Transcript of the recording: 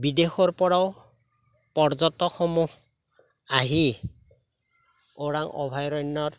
বিদেশৰ পৰাও পৰ্যটকসমূহ আহি ওৰাং অভয়াৰণ্যত